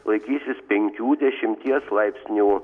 laikysis penkių dešimties laipsnių